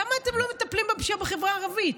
למה אתם לא מטפלים בפשיעה בחברה הערבית?